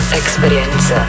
experience